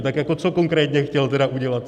Tak jako co konkrétně chtěl teda udělat?